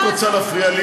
אם את רוצה להפריע לי,